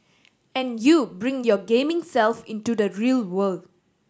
and you bring your gaming self into the real world